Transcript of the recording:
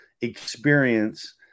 experience